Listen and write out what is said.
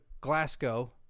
Glasgow